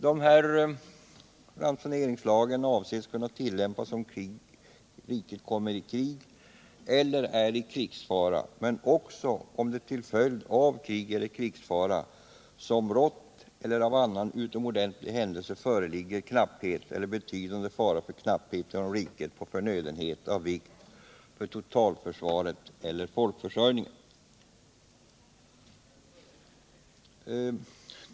Den föreslagna ransoneringslagen avses kunna tillämpas om riket kommer i krig eller är i krigsfara men också om det till följd av krig eller krigsfara som rått eller till följd av annan utomordentlig händelse föreligger knapphet eller betydande fara för knapphet inom riket på förnödenhet av vikt för totalförsvaret eller folkförsörjningen.